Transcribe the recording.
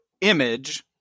Image